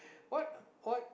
what what